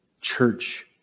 church